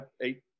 eight